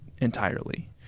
entirely